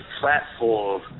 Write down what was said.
platform